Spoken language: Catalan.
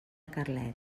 carlet